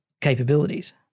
capabilities